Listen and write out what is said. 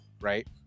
right